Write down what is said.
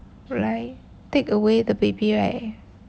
like take away the baby right